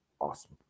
awesome